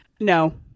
No